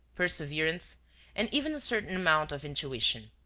perseverance and even a certain amount of intuition.